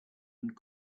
and